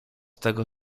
tego